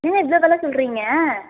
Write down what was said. என்ன இவ்வளோ வெலை சொல்லுறீங்க